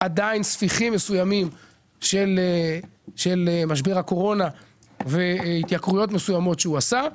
ספיחים מסוימים של משבר הקורונה והתייקרויות מסוימות שהוא עשה.